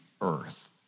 earth